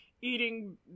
eating